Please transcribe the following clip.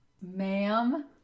Ma'am